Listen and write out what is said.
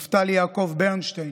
נפתלי יעקב ברנשטיין,